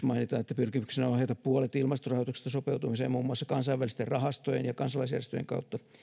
mainitaan pyrkimyksenä on ohjata puolet ilmastorahoituksesta sopeutumiseen muun muassa kansainvälisten rahastojen ja kansalaisjärjestöjen kautta